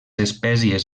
espècies